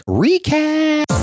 recap